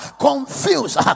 confused